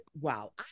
wow